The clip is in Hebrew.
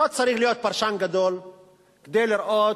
לא צריך להיות פרשן גדול כדי לראות,